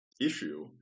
issue